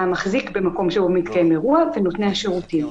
המחזיק במקום שבו מתקיים אירוע ונותני השירותים.